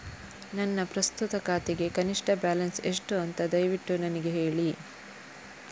ನನ್ನ ಪ್ರಸ್ತುತ ಖಾತೆಗೆ ಕನಿಷ್ಠ ಬ್ಯಾಲೆನ್ಸ್ ಎಷ್ಟು ಅಂತ ದಯವಿಟ್ಟು ನನಗೆ ಹೇಳಿ